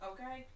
Okay